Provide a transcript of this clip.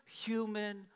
human